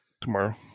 tomorrow